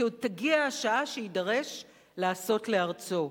כי עוד תגיע השעה שיידרש לעשות לארצו,